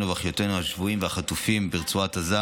ואחיותינו השבויים והחטופים ברצועת עזה.